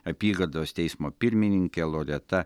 apygardos teismo pirmininkė loreta